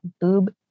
boob